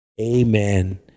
Amen